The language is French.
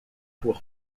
pour